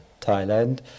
Thailand